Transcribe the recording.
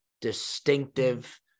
distinctive